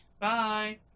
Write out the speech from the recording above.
Bye